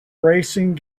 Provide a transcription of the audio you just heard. racing